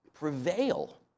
prevail